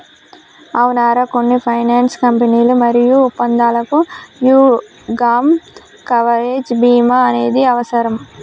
అవునరా కొన్ని ఫైనాన్స్ కంపెనీలు మరియు ఒప్పందాలకు యీ గాప్ కవరేజ్ భీమా అనేది అవసరం